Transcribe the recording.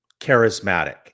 charismatic